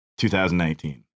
2019